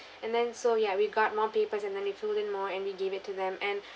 and then so ya we've got more papers and then we filled in more and we gave it to them and